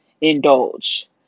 indulge